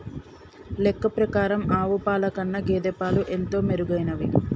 లెక్క ప్రకారం ఆవు పాల కన్నా గేదె పాలు ఎంతో మెరుగైనవి